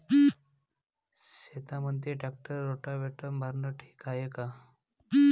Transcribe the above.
शेतामंदी tractor rotavator मारनं ठीक हाये का?